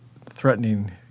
Threatening